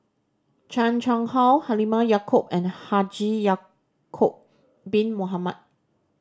Chan Chang How Halimah Yacob and Haji Ya'acob Bin Mohamed